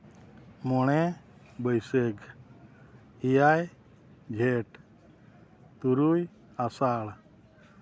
ᱢᱚᱬᱮ ᱵᱟᱹᱭᱥᱟᱹᱠᱷ ᱮᱭᱟᱭ ᱡᱷᱮᱴ ᱛᱩᱨᱩᱭ ᱟᱥᱟᱲ